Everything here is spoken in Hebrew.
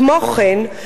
כמו כן,